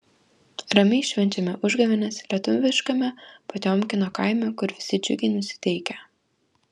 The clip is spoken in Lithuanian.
ramiai švenčiame užgavėnes lietuviškame potiomkino kaime kur visi džiugiai nusiteikę